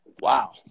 Wow